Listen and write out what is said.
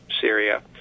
Syria